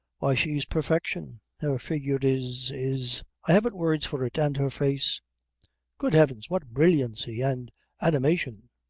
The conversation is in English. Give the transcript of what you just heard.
why she's perfection her figure is is i haven't words for it and her face good heavens! what brilliancy and animation!